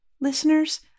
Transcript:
listeners